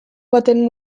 baten